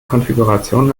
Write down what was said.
konfiguration